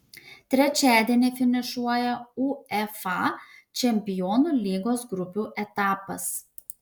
trečiadienį finišuoja uefa čempionų lygos grupių etapas